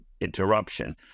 interruption